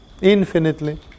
infinitely